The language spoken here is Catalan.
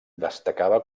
destacava